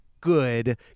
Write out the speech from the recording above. good